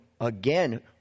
again